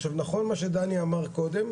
עכשיו נכון מה שדני אמר קודם,